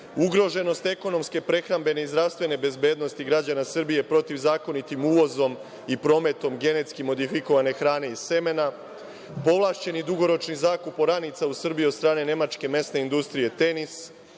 ugroženost ekonomske prehrambene i zdravstvene bezbednosti građana Srbije protivzakonitim uvozom i prometom genetski modifikovane hrane i semena, povlašćeni i dugoročni zakup oranica u Srbiji od strane Nemačke mesne industrije Tenis,